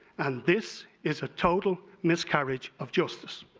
and this is a total miscarriage of justice.